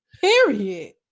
Period